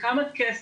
כמה כסף,